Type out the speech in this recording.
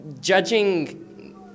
judging